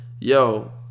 Yo